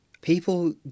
People